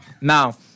Now